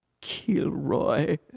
Kilroy